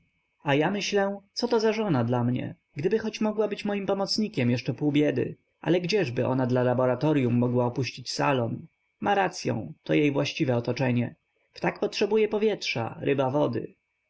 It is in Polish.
a ja myślę coto za żona dla mnie gdyby chociaż mogła być moim pomocnikiem jeszcze pół biedy ale gdzieżby ona dla laboratoryum mogła opuścić salon ma racyą to jej właściwe otoczenie ptak potrzebuje powietrza ryba wody